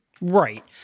Right